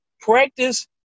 Practice